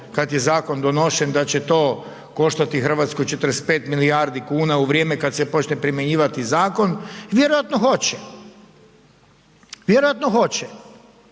kad je zakon donošen da će to koštati Hrvatsku 45 milijardi kuna u vrijeme kad se počne primjenjivati zakon i vjerojatno hoće. Vjerojatno hoće